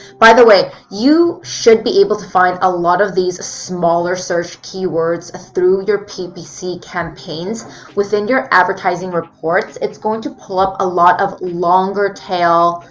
by the way, you should be able to find a lot of these smaller searched keywords through your ppc campaigns within your advertising reports. it's going to pull up a lot of longer tail,